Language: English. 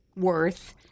worth